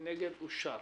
רוב נגד, אין נמנעים,